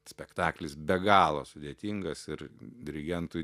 spektaklis be galo sudėtingas ir dirigentui